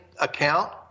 account